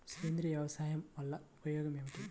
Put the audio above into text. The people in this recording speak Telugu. సేంద్రీయ వ్యవసాయం వల్ల ఉపయోగం ఏమిటి?